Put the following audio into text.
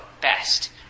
best